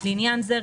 לעניין זה,